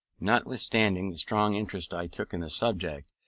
notwithstanding the strong interest i took in the subject.